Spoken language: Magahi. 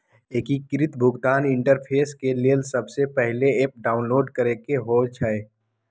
एकीकृत भुगतान इंटरफेस के लेल सबसे पहिले ऐप डाउनलोड करेके होइ छइ